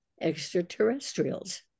extraterrestrials